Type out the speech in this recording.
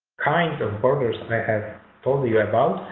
kinds of borders i have told you about,